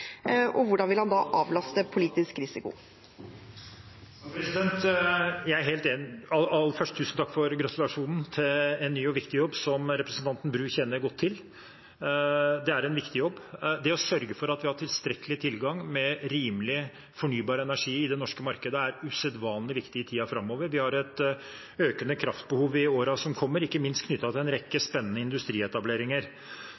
Og hvordan vil han da avlaste politisk risiko? Tusen takk for gratulasjonen for en ny og viktig jobb, som representanten Bru kjenner godt til. Det er en viktig jobb. Det å sørge for at vi har tilstrekkelig tilgang på rimelig, fornybar energi i det norske markedet, er usedvanlig viktig i tiden framover. Vi har et økende kraftbehov i årene som kommer, ikke minst knyttet til en rekke